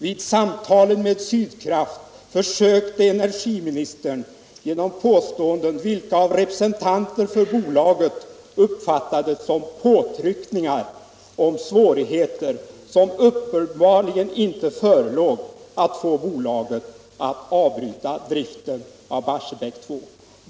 Vid samtalen med Sydkraft försökte energiministern genom påståenden vilka av representanter för bolaget uppfattades som påtryckningar om svårigheter som uppenbarligen inte förelåg att få bolaget att avbryta driften av Barsebäck 2.